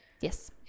Yes